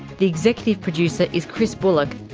the executive producer is chris bullock,